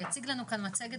הוא יציג לנו כאן גם מצגת,